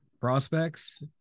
Prospects